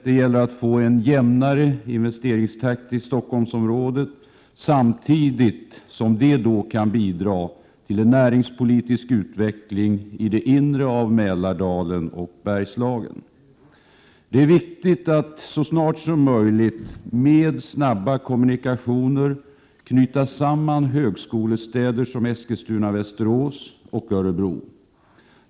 Det gäller att få en jämnare investeringstakt i Stockholmsområdet, något som samtidigt kan bidra till en näringspolitisk utveckling i det inre av Mälardalen och i Bergslagen. Det är viktigt att så snart som möjligt med snabba kommunikationer knyta samman högskolestäder som Eskilstuna, Västerås och Örebro.